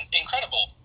incredible